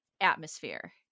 atmosphere